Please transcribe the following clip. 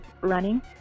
running